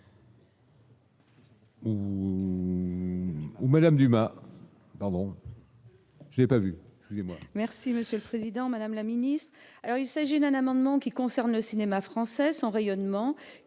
ou Madame Dumas, pardon, j'ai pas vu. Merci Monsieur le Président, Madame la Ministre, alors il s'agit d'un amendement qui concerne le cinéma français, son rayonnement